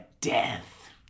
death